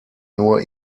nur